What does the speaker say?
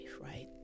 right